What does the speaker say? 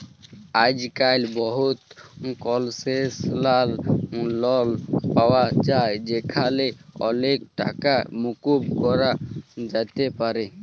আইজক্যাল বহুত কলসেসলাল লন পাওয়া যায় যেখালে অলেক টাকা মুকুব ক্যরা যাতে পারে